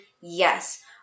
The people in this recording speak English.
Yes